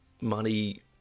money